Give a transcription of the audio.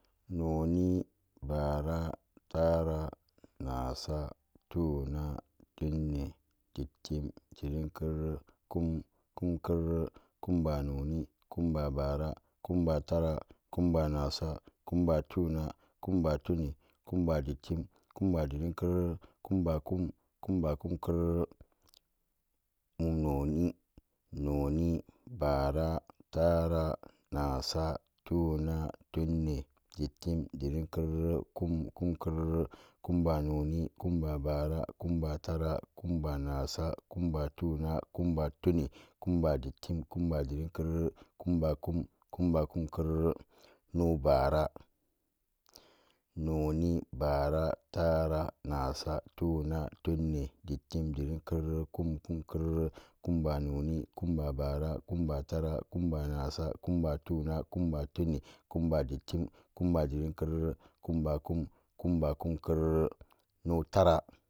Noni, bara, tara, nasa, tuna, tunin, dittim, dittim kerere, kum, kumkerere, kumba noni, kumba bara, kumba tara, kumba nasa, kumba tuna, kumba tunin, kumba dittim, kumba dittimkerere, kumba kum, kumba kumkerere, mum noni, noni, bara, tara, nasa, tuna, tunin, dittim, dittimkerere, kum kumkerere, kumba noni, kumba bara, kumba tara, kumba nasa, kumbe tuna, kumba tunin, kumba dittim, kumba dittimkerere, kumba kum, kumba kumkerere, no bara, noni, bara, tara, nasa, tuna, tunin, dittim, dittimkerere, kum, kumkerere, kumbo noni, kumba bara, kumba tara, kumba nasa, kumba tuna, kumba tunin, kumba dittim, kumba tuna, kumba tunin, kumba dittim, kumba dittimkerere, kumba kum, kumba kumkerere, no tara.